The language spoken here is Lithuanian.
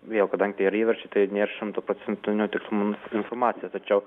vėl kadangi ir įverčiai tai nėr šimtaprocentinio tikslumo informacija tačiau